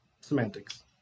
Semantics